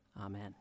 amen